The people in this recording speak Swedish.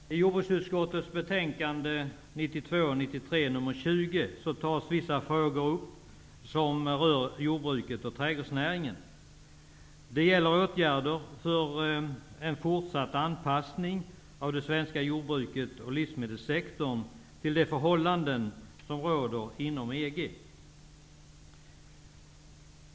Fru talman! I jordbruksutskottets betänkande 1992/93:20 tas vissa frågor som rör jordbruket och trädgårdsnäringen upp. Det gäller åtgärder för en fortsatt anpassning av det svenska jordbruket och livsmedelssektorn till de förhållanden som råder inom EG.